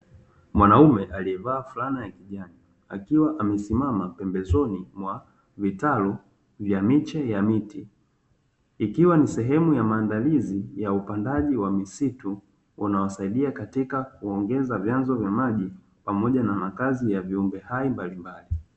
Mwanume alievaa flana ya kijani akiwa amesimama pembezoni mwa vitalu vya miche ya miti. Ikiwa ni sehemu ya maandalizi ya upandaji wa misitu unaosaidia katika kuongeza vyanzo vya maji, pamoja na makazi ya viumbe hai mbalimbali.